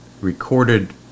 recorded